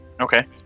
Okay